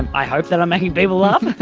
i hope that i'm making people laugh!